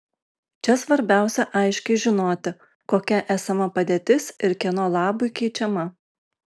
čia svarbiausia aiškiai žinoti kokia esama padėtis ir kieno labui keičiama